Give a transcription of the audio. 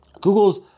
Google's